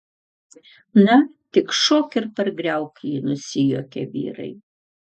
na tik šok ir pargriauk jį nusijuokė vyrai